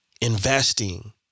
investing